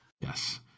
yes